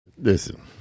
Listen